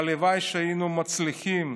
והלוואי שהיינו מצליחים